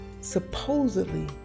supposedly